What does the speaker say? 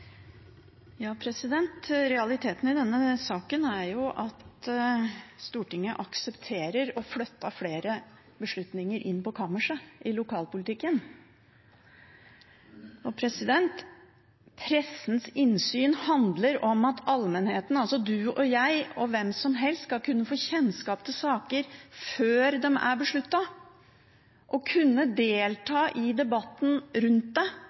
Realiteten i denne saken er jo at Stortinget aksepterer å flytte flere beslutninger inn på kammerset i lokalpolitikken. Pressens innsyn handler om at allmenheten – altså du og jeg og hvem som helst – skal kunne få kjennskap til saker før de er besluttet, og kunne delta i debatten rundt